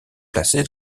placée